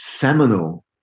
seminal